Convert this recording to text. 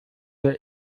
der